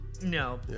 No